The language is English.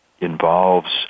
involves